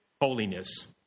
holiness